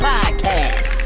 Podcast